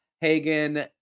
Hagen